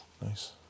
Nice